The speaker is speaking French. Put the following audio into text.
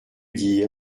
dire